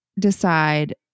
Decide